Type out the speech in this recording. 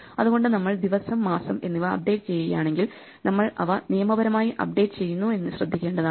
അതുകൊണ്ട് നമ്മൾ ദിവസം മാസം എന്നിവ അപ്ഡേറ്റ് ചെയ്യുകയാണെങ്കിൽ നമ്മൾ അവ നിയമപരമായി അപ്ഡേറ്റ് ചെയ്യുന്നു എന്ന് ശ്രദ്ധിക്കേണ്ടതാണ്